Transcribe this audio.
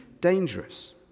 dangerous